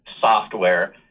software